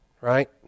right